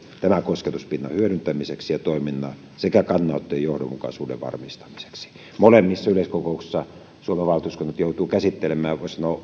tämän kosketuspinnan hyödyntämiseksi ja toiminnan sekä kannanottojen johdonmukaisuuden varmistamiseksi molemmissa yleiskokouksissa suomen valtuuskunnat joutuvat käsittelemään